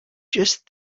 just